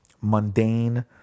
mundane